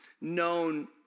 known